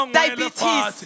diabetes